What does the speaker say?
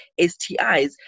STIs